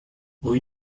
rue